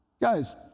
Guys